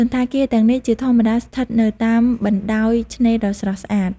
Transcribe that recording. សណ្ឋាគារ ទាំងនេះជាធម្មតាស្ថិតនៅតាមបណ្តោយឆ្នេរដ៏ស្រស់ស្អាត។